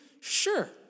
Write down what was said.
Sure